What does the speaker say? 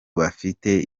bafite